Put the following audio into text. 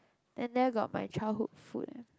and there got my childhood food eh